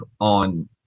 on